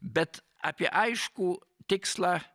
bet apie aiškų tikslą